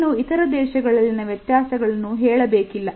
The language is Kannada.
ಇನ್ನು ಇತರ ದೇಶಗಳಲ್ಲಿನ ವ್ಯತ್ಯಾಸಗಳನ್ನು ಹೇಳಬೇಕಿಲ್ಲ